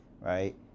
right